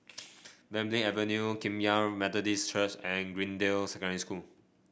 Belimbing Avenue Kum Yan Methodist Church and Greendale Secondary School